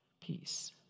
peace